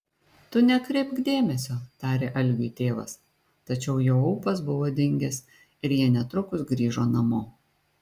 tu nekreipk dėmesio tarė algiui tėvas tačiau jo ūpas buvo dingęs ir jie netrukus grįžo namo